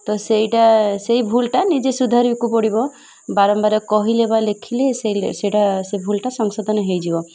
ତ ସେଇଟା ସେଇ ଭୁଲ୍ଟା ନିଜେ ସୁଧାରିବାକୁ ପଡ଼ିବ ବାରମ୍ବାର କହିଲେ ବା ଲେଖିଲେ ସେଇଟା ସେ ଭୁଲ୍ଟା ସଂଶୋଧନ ହେଇଯିବ